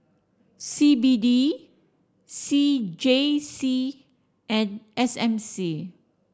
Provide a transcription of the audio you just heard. C B D C J C and S M C